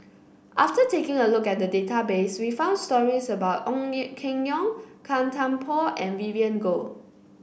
after taking a look at the database we found stories about Ong Keng Yong Gan Thiam Poh and Vivien Goh